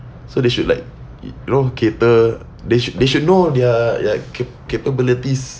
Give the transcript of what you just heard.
so they should like you know cater they should they should know their their cap~ capabilities